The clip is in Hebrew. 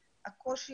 כי מה שאני יודעת